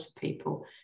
people